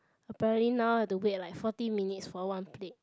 apparently now have to wait like forty minutes for one plate